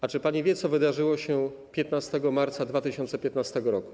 A czy pani wie, co wydarzyło się 15 marca 2015 r.